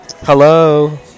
Hello